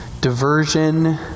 diversion